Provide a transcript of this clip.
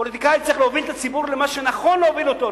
פוליטיקאי צריך להוביל את הציבור למה שנכון להוביל אותו,